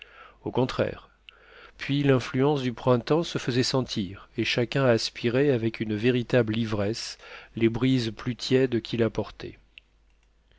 au contraire puis l'influence du printemps se faisait sentir et chacun aspirait avec une véritable ivresse les brises plus tièdes qu'il